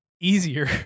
easier